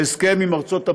ההסכם עם ארצות הברית.